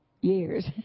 years